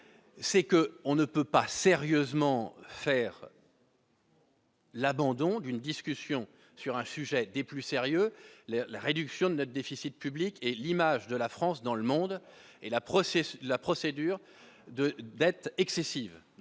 c'est que on ne peut pas sérieusement faire. L'abandon d'une discussion sur un sujet des plus sérieux, la réduction de notre déficit public et l'image de la France dans le monde et la procédure, la procédure